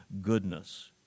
goodness